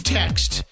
text